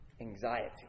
anxiety